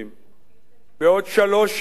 בעוד שלוש-ארבע שנים יהיו,